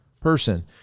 person